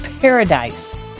paradise